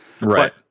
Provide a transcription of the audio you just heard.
Right